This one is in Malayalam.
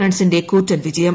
റൺസിന്റെ കൂറ്റൻ വിജയം